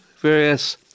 various